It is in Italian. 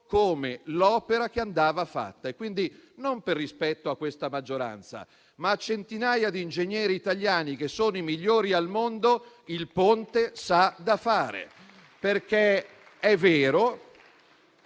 come l'opera che andava fatta. Quindi, non per rispetto a questa maggioranza, ma a centinaia di ingegneri italiani, che sono i migliori al mondo, il Ponte s'ha da fare.